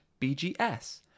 BGS